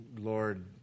Lord